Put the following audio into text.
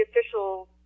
official